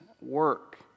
work